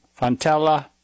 Fontella